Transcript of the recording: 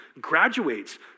graduates